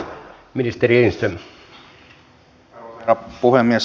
arvoisa herra puhemies